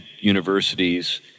universities